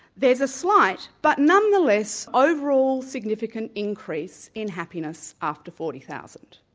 there's a slight but nonetheless overall significant increase in happiness after forty thousand